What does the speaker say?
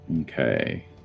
Okay